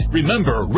Remember